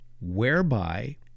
whereby